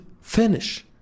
finish